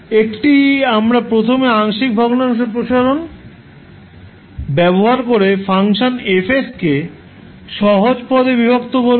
একটি আমরা প্রথমে আংশিক ভগ্নাংশ প্রসারণ ব্যবহার করে ফাংশন Fকে সহজ পদে বিভক্ত করব